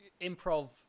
improv